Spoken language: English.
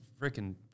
freaking